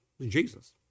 Jesus